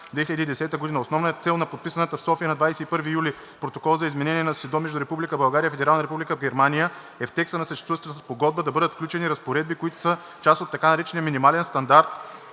2010 г. Основна цел на подписания в София на 21 юли 2022 г. Протокол за изменение на СИДДО между Република България и Федерална република Германия е в текста на съществуващата спогодба да бъдат включени разпоредби, които са част от така наречения минимален стандарт